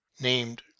named